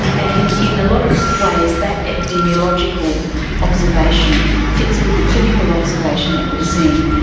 and in in a lot of ways that epidemiological observation fits with the clinical observation that we're seeing,